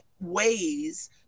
ways